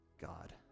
God